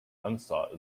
unsought